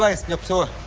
like stops for